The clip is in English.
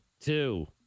two